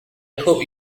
hope